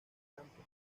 campo